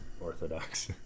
orthodox